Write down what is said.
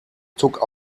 took